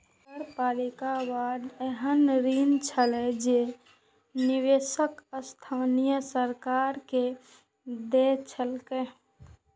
नगरपालिका बांड एहन ऋण छियै जे निवेशक स्थानीय सरकार कें दैत छैक